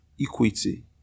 equity